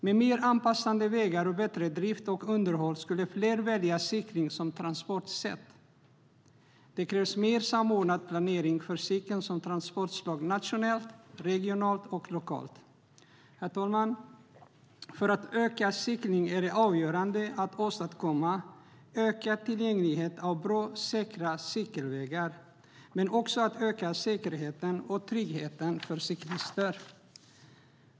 Med mer anpassade vägar och bättre drift och underhåll skulle fler välja cykling som transportsätt. Det krävs mer samordnad planering för cykeln som transportslag nationellt, regionalt och lokalt. Herr talman! För att öka cyklingen är det avgörande att åstadkomma ökad tillgänglighet av bra och säkra cykelvägar men också att öka säkerheten och tryggheten för cyklister.